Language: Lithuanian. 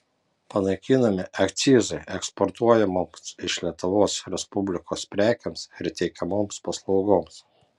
panaikinami akcizai eksportuojamoms iš lietuvos respublikos prekėms ir teikiamoms paslaugoms